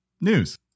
news